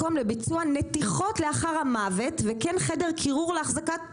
מקום לביצוע נתיחות לאחר המוות וכן חדר קירור להחזקת גופות,